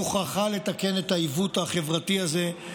מוכרחה לתקן את העיוות החברתי הזה,